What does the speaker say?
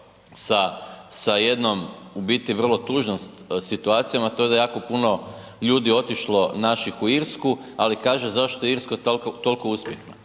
sa jednom u biti vrlo tužnom situacijom, a to je da je jako puno ljudi otišlo naših u Irsku, ali kaže, zašto je Irska toliko uspješna.